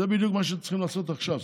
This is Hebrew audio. זה בדיוק מה שצריכים לעשות עכשיו,